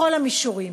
בכל המישורים.